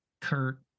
Kurt